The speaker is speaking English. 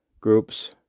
groups